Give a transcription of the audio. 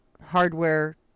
hardware